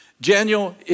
Daniel